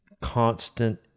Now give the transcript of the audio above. constant